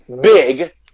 big